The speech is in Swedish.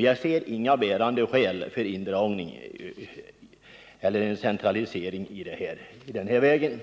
Jag ser inga bärande skäl för en centralisering på detta område.